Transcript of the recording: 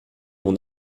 mon